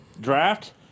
draft